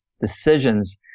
decisions